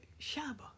Shaba